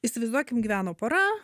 įsivaizduokim gyveno pora